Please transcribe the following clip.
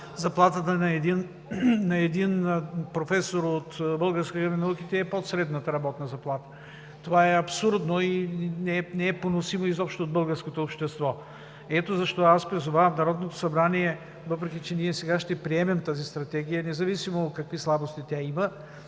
заплатата на един професор от Българската академия на науките е под средната работна заплата. Това е абсурдно и не е поносимо изобщо от българското общество. Ето защо призовавам Народното събрание, въпреки че ние сега ще приемем тази Стратегия, независимо какви слабости тя има,